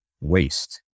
waste